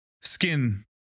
skin